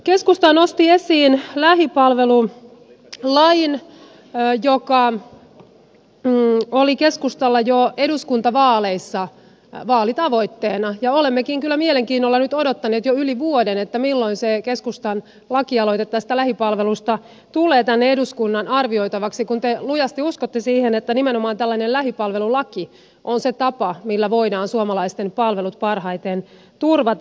keskusta nosti esiin lähipalvelulain joka oli keskustalla jo eduskuntavaaleissa vaalitavoitteena ja olemmekin kyllä mielenkiinnolla nyt odottaneet jo yli vuoden milloin se keskustan lakialoite tästä lähipalvelusta tulee tänne eduskunnan arvioitavaksi kun te lujasti uskotte siihen että nimenomaan tällainen lähipalvelulaki on se tapa millä voidaan suomalaisten palvelut parhaiten turvata